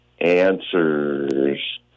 answers